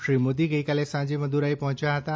શ્રી મોદી ગઈકાલે સાંજે મદુરાઈ પહોંચ્યા હતાં